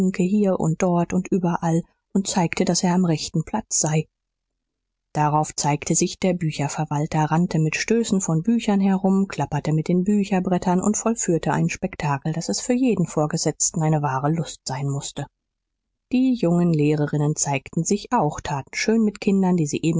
hier und dort und überall und zeigte daß er am rechten platz sei darauf zeigte sich der bücherverwalter rannte mit stößen von büchern herum klapperte mit den bücherbrettern und vollführte einen spektakel daß es für jeden vorgesetzten eine wahre lust sein mußte die jungen lehrerinnen zeigten sich auch taten schön mit kindern die sie